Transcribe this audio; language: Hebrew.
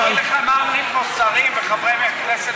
להגיד לך מה אומרים פה שרים וחברי כנסת